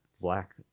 black